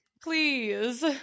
Please